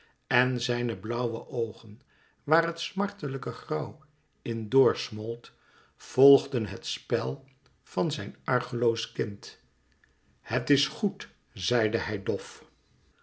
en zijne blauwe oogen waar het smartelijke grauw in dor smolt volgden het spel van zijn argeloos kind het is goed zei de hij dof